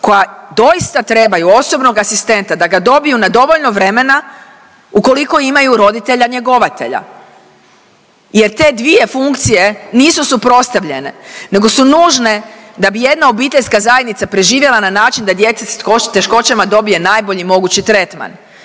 koja doista trebaju osobnog asistenta da ga dobiju na dovoljno vremena ukoliko imaju roditelja njegovatelja jer te dvije funkcije nisu suprotstavljene nego su nužne da bi jedna obiteljska zajednica preživjela na način da djeca s teškoćama dobije najbolji mogući tretman.